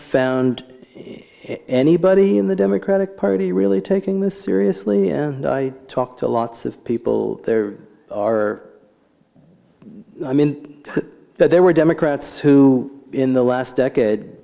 found it anybody in the democratic party really taking this seriously and i talk to lots of people there are i mean there were democrats who in the last decade